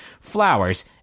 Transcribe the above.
flowers